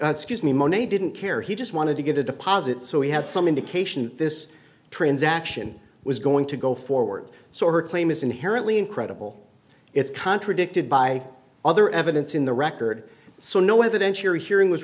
scuse me monet didn't care he just wanted to get a deposit so he had some indication this transaction was going to go forward so her claim is inherently incredible it's contradicted by other evidence in the record so no evidence you're hearing was